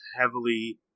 heavily